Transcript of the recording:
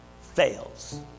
fails